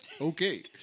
okay